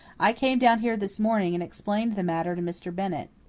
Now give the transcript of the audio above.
i came down here this morning and explained the matter to mr. bennett.